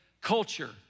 culture